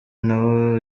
nawo